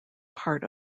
part